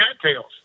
cattails